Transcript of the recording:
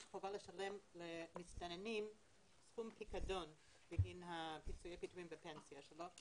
יש חובה לשלם למסתננים סכום פיקדון בגין פיצויי פיטורין בפנסיה שלו,